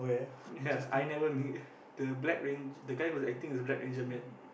ya I never meet the black rang~ the guy acting as black ranger met